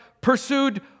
pursued